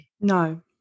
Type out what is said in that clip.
no